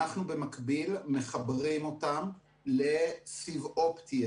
אנחנו במקביל מחברים אותם לסיב אופטי,